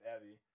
Abby